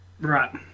right